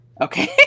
Okay